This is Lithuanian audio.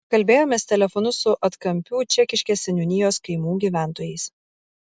kalbėjomės telefonu su atkampių čekiškės seniūnijos kaimų gyventojais